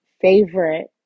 favorite